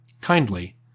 kindly